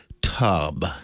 tub